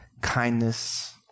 kindness